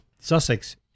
Sussex